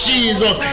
Jesus